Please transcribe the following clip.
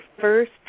first